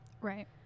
Right